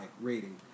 rating